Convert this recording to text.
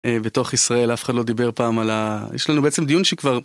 בתוך ישראל, אף אחד לא דיבר פעם על ה... יש לנו בעצם דיון שכבר...